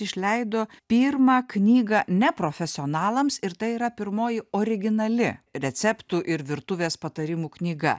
išleido pirmą knygą ne profesionalams ir tai yra pirmoji originali receptų ir virtuvės patarimų knyga